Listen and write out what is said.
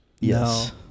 Yes